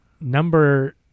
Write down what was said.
number